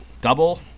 double